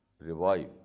revive